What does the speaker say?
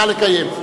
נא לקיים.